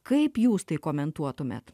kaip jūs tai komentuotumėt